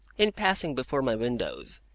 in passing before my windows,